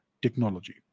technology